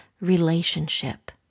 relationship